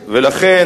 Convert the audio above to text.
לכן,